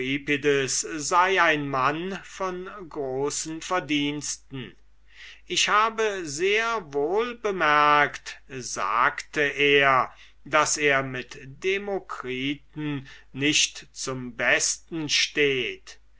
ein mann von großen verdiensten ich habe sehr wohl bemerkt sagte er daß er mit dem demokritus nicht zum besten steht